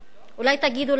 אולי תגידו לעולם,